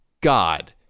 God